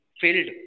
filled